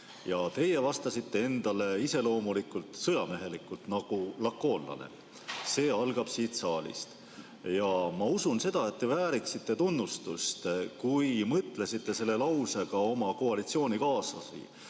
Teie vastasite endale iseloomulikult, sõjamehelikult nagu lakoonlane: see algab siit saalist. Ma usun seda, et te vääriksite tunnustust, kui te mõtlesite selle lausega oma koalitsioonikaaslasi,